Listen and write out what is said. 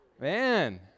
Man